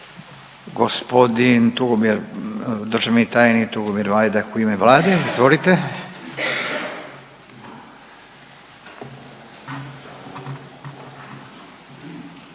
Gospodin Tugomir, državni tajnik Tugomir Majdak u ime Vlade, izvolite.